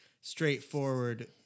straightforward